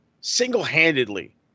single-handedly